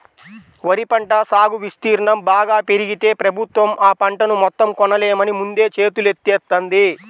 వరి పంట సాగు విస్తీర్ణం బాగా పెరిగితే ప్రభుత్వం ఆ పంటను మొత్తం కొనలేమని ముందే చేతులెత్తేత్తంది